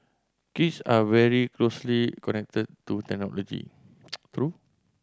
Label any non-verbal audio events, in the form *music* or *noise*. kids are very closely connected to technology *unintelligible*